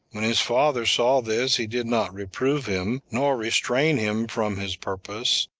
when his father saw this, he did not reprove him, nor restrain him from his purpose,